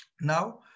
Now